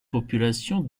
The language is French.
population